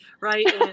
right